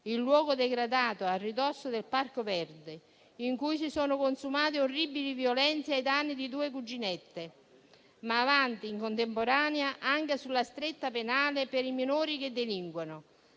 il luogo degradato a ridosso del Parco Verde in cui si sono consumate orribili violenze ai danni di due cuginette; in contemporanea, però, avanti anche sulla stretta penale per i minori che delinquono,